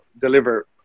deliver